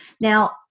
Now